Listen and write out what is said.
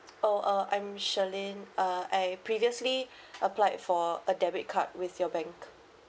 oh uh I'm shirlyn uh I previously applied for a debit card with your bank